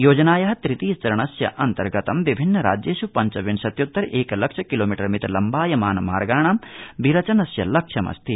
योजनाया तृतीया चरणस्य अन्तर्गतं विभिन्न राज्येष् पञ्चविंशत्त्युत्त एक लक्ष किलोमीटर मित लम्बायमान मार्गाणां विरचनस्य लक्ष्यमस्ति